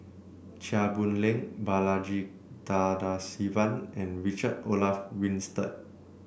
Chia Boon Leong Balaji Tadasivan and Richard Olaf Winstedt